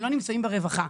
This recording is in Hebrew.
הם לא נמצאים ברווחה.